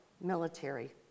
military